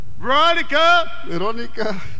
Veronica